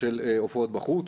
של הופעות בחוץ.